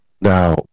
now